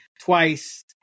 twice